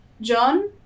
John